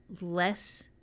less